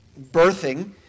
birthing